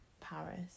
Paris